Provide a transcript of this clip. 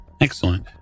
Excellent